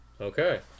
Okay